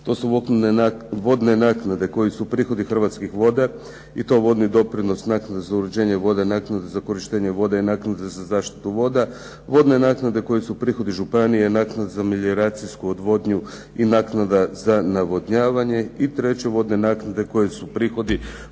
to su vodne naknade koji su prihodi Hrvatskih voda, i to vodni doprinos, naknada za uređenje voda, naknada za korištenje voda i naknada za zaštitu voda, vodne naknade koje su prihodi županije, naknada za melioracijsku odvodnju i naknada za navodnjavanje. I treće vodne naknade koje su prihodi